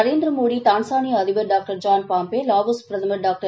நரேந்திரமோடி தான்சான்யா அதிபர் doctor John Pombe வாவோஸ் பிரதமர் doctor